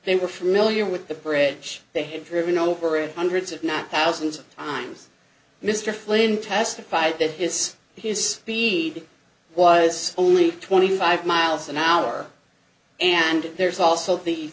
they were familiar with the bridge they had driven over it hundreds if not thousands of times mr flynn testified that his his speed was only twenty five miles an hour and there's also the